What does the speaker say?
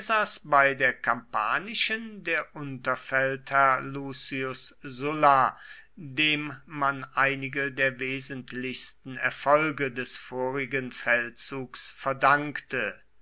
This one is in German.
bei der kampanischen der unterfeldherr lucius sulla dem man einige der wesentlichsten erfolge des vorigen feldzugs verdankte